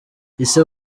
ise